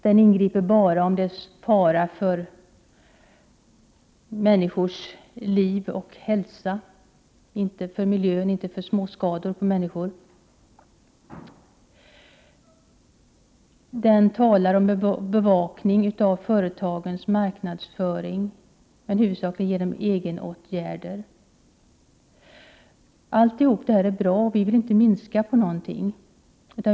Man kan bara ingripa om det är fara för människors liv och hälsa, men inte vid fara för miljön och vid mindre skador på människor. Det talas i lagen om bevakning av företagens marknadsföring, men det skall huvudsakligen företas genom egna åtgärder. Allt detta är bra, och vi vill inte minska på något vad gäller konsumentskyddet.